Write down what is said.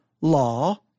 law